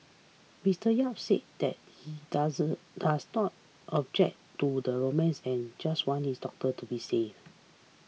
Mister Yap said that he does does not object to the romance and just wants his doctor to be safe